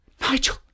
Nigel